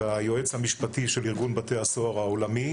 כיועץ המשפטי של ארגון בתי הסוהר העולמי